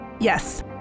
Yes